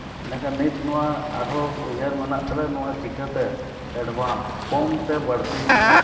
ᱤᱱᱟᱹᱠᱷᱟᱱ ᱱᱤᱛ ᱱᱚᱣᱟ ᱟᱨᱦᱚᱸ ᱩᱭᱦᱟᱹᱨ ᱢᱮᱱᱟᱜ ᱛᱟᱞᱮᱭᱟ ᱱᱚᱣᱟ ᱪᱤᱠᱟᱹᱛᱮ ᱮᱰᱵᱷᱟᱱᱥ ᱠᱚᱢᱛᱮ ᱵᱟᱹᱲᱛᱤ